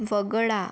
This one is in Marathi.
वगळा